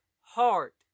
heart